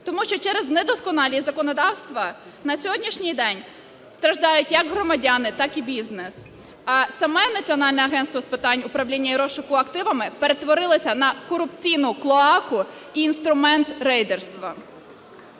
тому що через недосконалість законодавства на сьогоднішній день страждають як громадяни, так і бізнес. А саме Національне агентство з питань управління і розшуку активами перетворилося на корупційну клоаку і інструмент рейдерства.